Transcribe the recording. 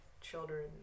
children